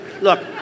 Look